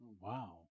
Wow